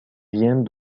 viennent